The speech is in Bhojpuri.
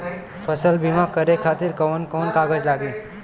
फसल बीमा करे खातिर कवन कवन कागज लागी?